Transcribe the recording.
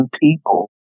people